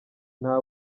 nta